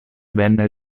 venne